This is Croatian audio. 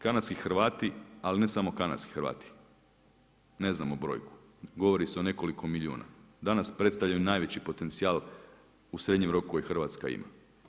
Kanadski Hrvati, ali ne samo kanadski Hrvati, ne znamo brojku, govori se o nekoliko milijuna, danas predstavljaju najveći potencijal u srednjem roku koji Hrvatska ima.